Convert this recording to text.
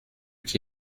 qui